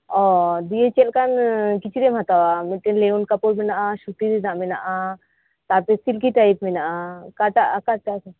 ᱚᱻ ᱫᱤᱭᱮ ᱪᱮᱜ ᱞᱮᱠᱟᱱ ᱠᱤᱪᱨᱤᱜ ᱮᱢ ᱦᱟᱛᱟᱣᱟ ᱢᱤᱜᱴᱮᱱ ᱞᱮᱭᱚᱝ ᱠᱟᱯᱚᱲ ᱢᱮᱱᱟᱜᱼᱟ ᱥᱩᱛᱤ ᱨᱮᱱᱟᱜ ᱢᱮᱱᱟᱜᱼᱟ ᱛᱟᱯᱚᱨ ᱥᱤᱞᱠᱤ ᱴᱟᱭᱤᱯ ᱢᱮᱱᱟᱜᱼᱟ ᱚᱠᱟᱴᱟᱜ ᱚᱠᱟ ᱴᱟᱭᱤᱯ ᱨᱮᱱᱟᱜ